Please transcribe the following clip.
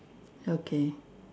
okay